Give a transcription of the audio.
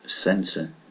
sensor